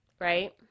right